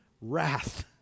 wrath